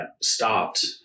stopped